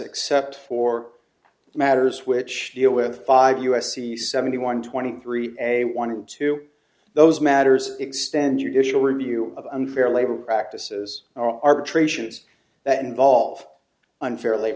except for matters which deal with five u s c seventy one twenty three a warning to those matters extend your usual review of unfair labor practices arbitrations that involve unfair